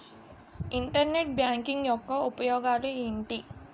Internet banking యెక్క ఉపయోగాలు ఎంటి?